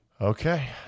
okay